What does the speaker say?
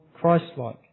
Christ-like